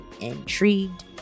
intrigued